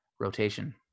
Rotation